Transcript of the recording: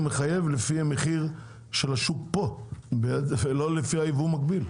אבל המכס מחייב לפי המחיר של השוק פה ולא לפי היבוא המקביל.